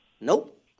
Nope